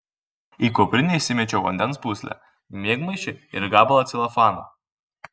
į kuprinę įsimečiau vandens pūslę miegmaišį ir gabalą celofano